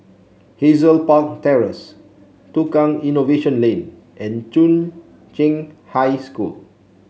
Hazel Park Terrace Tukang Innovation Lane and Chung Cheng High School